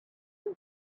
this